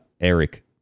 Eric